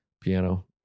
piano